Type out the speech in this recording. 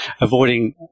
avoiding